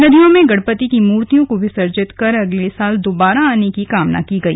नदियों में गणपति की मूर्तियों को विसर्जित कर अगले साल दोबारा आने की कामना की गई